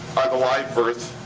are the live birth